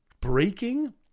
breaking